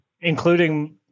including